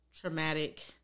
traumatic